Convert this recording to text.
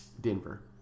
Denver